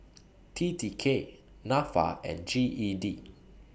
T T K Nafa and G E D